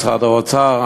משרד האוצר,